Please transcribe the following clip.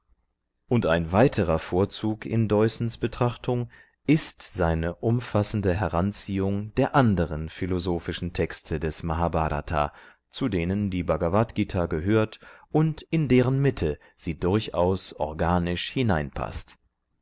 und ein weiterer vorzug in deussens betrachtung ist seine umfassende heranziehung der anderen philosophischen texte des mahbhrata zu denen die bhagavadgt gehört und in deren mitte sie durchaus organisch hineinpaßt